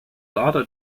other